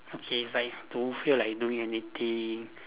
okay if I don't feel like doing anything